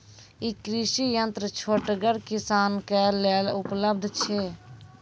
ई कृषि यंत्र छोटगर किसानक लेल उपलव्ध छै?